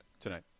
tonight